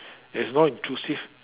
it's not intrusive